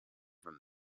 from